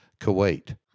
Kuwait